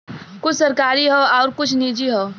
कुछ सरकारी हौ आउर कुछ निजी हौ